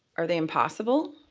are they impossible?